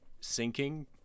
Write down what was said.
sinking